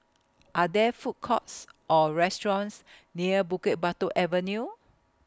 Are There Food Courts Or restaurants near Bukit Batok Avenue